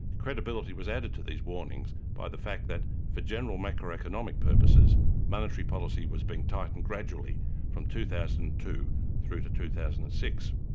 credibility was added to these warnings by the fact that for general macro-economic purposes monetary policy was being tightened gradually from two thousand and two through to two thousand and six.